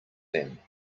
them